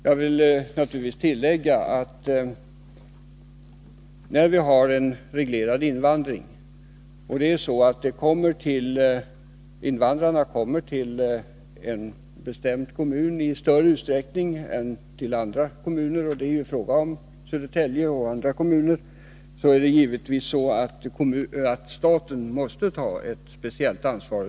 Jag vill tillägga att staten, när invandrarna genom en reglerad invandring kommer till en bestämd kommun, t.ex. Södertälje, i större utsträckning än till andra kommuner, givetvis måste ta ett speciellt ansvar.